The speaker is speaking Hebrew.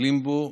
מטפלים בו,